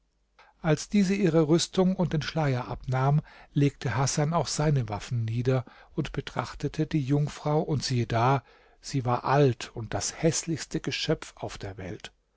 als diese ihre rüstung und den schleier abnahm legte hasan auch seine waffen nieder und betrachtete die jungfrau und siehe da sie war alt und das häßlichste geschöpf auf der welt